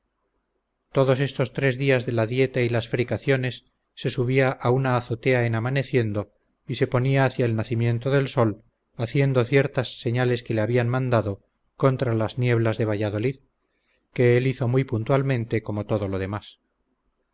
todos estos tres días de la dicta y las fricaciones se subía a una azotea en amaneciendo y se ponía hacia el nacimiento del sol haciendo ciertas señales que le habían mandado contra las nieblas de valladolid que él hizo muy puntualmente como todo lo demás